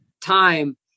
time